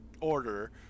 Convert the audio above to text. order